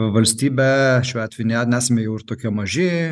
valstybė šiuo atveju ne nesame jau ir tokie maži